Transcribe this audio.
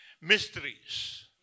mysteries